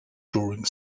drawing